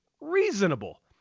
Reasonable